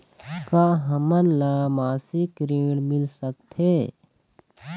का हमन ला मासिक ऋण मिल सकथे?